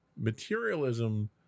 materialism